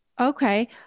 Okay